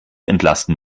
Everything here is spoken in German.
entlasten